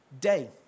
day